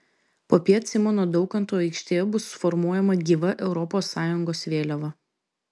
popiet simono daukanto aikštėje bus formuojama gyva europos sąjungos vėliava